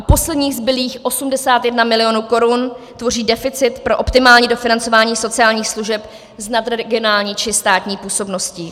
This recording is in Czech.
Posledních zbylých 81 milionů korun tvoří deficit pro optimální dofinancování sociálních služeb s nadregionální či státní působností.